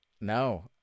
No